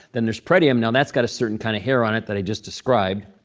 then there's pretium. now, that's got a certain kind of hair on it that i just described.